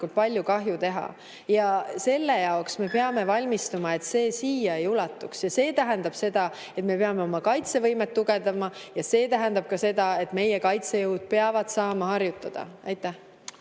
palju kahju teha. Ja selle jaoks me peame valmistuma, et see siia ei ulatuks. See tähendab seda, et me peame oma kaitsevõimet tugevdama, ja see tähendab ka seda, et meie kaitsejõud peavad saama harjutada. Aitäh!